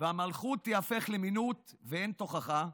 "והמלכות תיהפך למינות, ואין תוכחה,